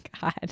God